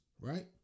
right